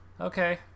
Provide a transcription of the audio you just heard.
Okay